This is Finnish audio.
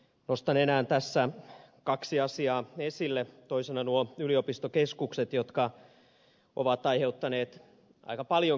nostan enää tässä kaksi asiaa esille toisena nuo yliopistokeskukset jotka ovat aiheuttaneet aika paljonkin tänään keskustelua